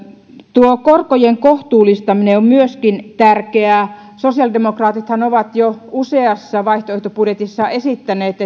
korkojen kohtuullistaminen on myöskin tärkeää sosiaalidemokraatithan ovat jo useassa vaihtoehtobudjetissaan esittäneet